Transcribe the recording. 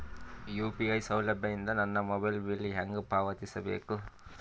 UPI ಸೌಲಭ್ಯ ಇಂದ ನನ್ನ ಮೊಬೈಲ್ ಬಿಲ್ ಹೆಂಗ್ ಪಾವತಿಸ ಬೇಕು?